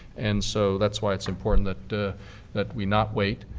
and so that's why it's important that that we not wait.